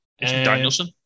Danielson